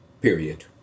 period